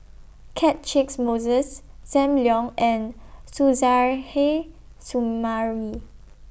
Catchick Moses SAM Leong and Suzairhe Sumari